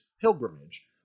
pilgrimage